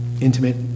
intimate